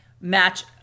match